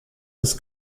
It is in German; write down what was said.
des